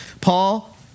Paul